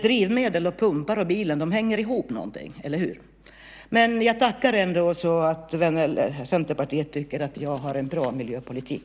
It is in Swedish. Drivmedel, pumpar och bil hänger ihop, eller hur? Jag tackar ändå för att Centerpartiet tycker att jag har en bra miljöpolitik.